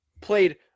Played